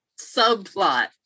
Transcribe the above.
subplot